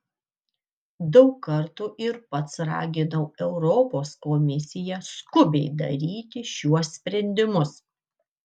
daug kartų ir pats raginau europos komisiją skubiai daryti šiuos sprendimus